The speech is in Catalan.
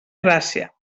gràcia